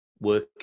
work